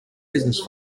business